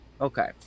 Okay